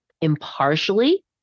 impartially